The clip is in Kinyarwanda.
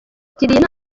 tubereka